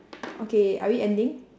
okay are we ending